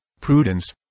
prudence